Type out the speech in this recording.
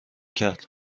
کرد